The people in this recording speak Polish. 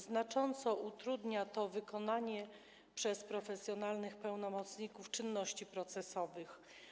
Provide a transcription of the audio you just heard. Znacząco utrudnia to wykonywanie przez profesjonalnych pełnomocników czynności procesowych.